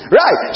right